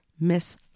Miss